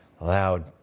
loud